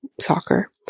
soccer